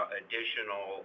additional